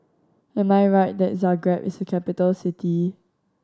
am I right that Zagreb is a capital city